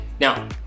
Now